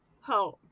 home